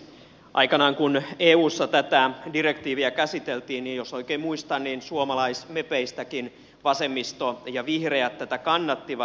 aikanaan kun eussa tätä direktiiviä käsiteltiin niin jos oikein muistan niin suomalaismepeistäkin vasemmisto ja vihreät tätä kannattivat